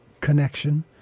connection